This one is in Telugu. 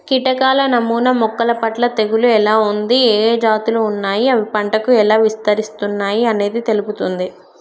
కీటకాల నమూనా మొక్కలపట్ల తెగులు ఎలా ఉంది, ఏఏ జాతులు ఉన్నాయి, అవి పంటకు ఎలా విస్తరిస్తున్నయి అనేది తెలుపుతుంది